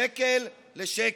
שקל לשקל.